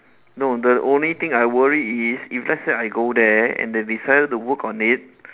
no the only thing I worry is if let's say I go there and they decided to work on it